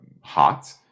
hot